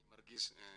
אני מרגיש כמו